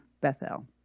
Bethel